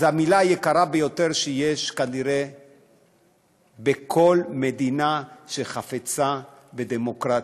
היא המילה היקרה ביותר שיש כנראה בכל מדינה שחפצה בדמוקרטיה,